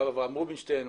הרב אברהם רובינשטיין,